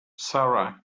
sara